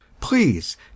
please